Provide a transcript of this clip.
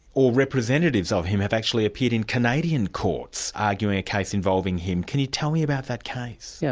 or representatives of him have actually appeared in canadian courts, arguing a case involving him. can you tell me about that case? yes,